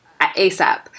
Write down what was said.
ASAP